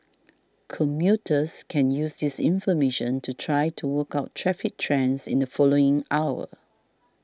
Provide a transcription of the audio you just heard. commuters can use this information to try to work out traffic trends in the following hour